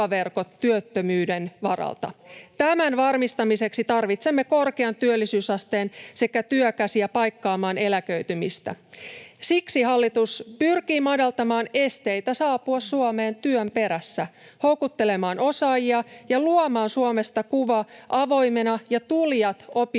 Tämän varmistamiseksi tarvitsemme korkean työllisyysasteen sekä työkäsiä paikkaamaan eläköitymistä. Siksi hallitus pyrkii madaltamaan esteitä saapua Suomeen työn perässä, houkuttelemaan osaajia ja luomaan Suomesta kuvaa avoimena ja tulijat opiskelemaan